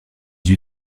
huit